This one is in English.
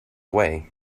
way